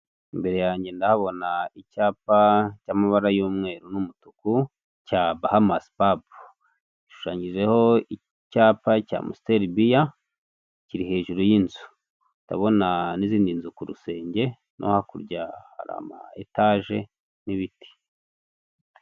Imbere yanjye ndabona icyapa cy'amabara y'umweru n'umutuku cya bamasi pabu. gishushanyijeho icyapa cya amositeri biya kiri hejuru y'inzu, ndabona n'izindi nzu ku rusenge no hakurya hari ama etaje n'ibiti.